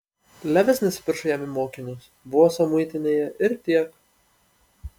levis nesipiršo jam į mokinius buvo sau muitinėje ir tiek